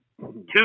two